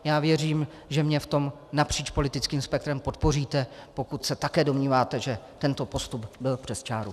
Já věřím, že mě v tom napříč politickým spektrem podpoříte, pokud se také domníváte, že tento postup byl přes čáru.